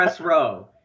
row